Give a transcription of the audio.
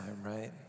right